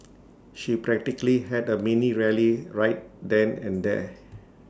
she practically had A mini rally right then and there